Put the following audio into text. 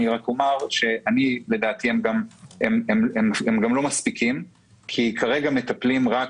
רק אומר שלדעתי הם לא מספיקים כי כרגע מטפלים רק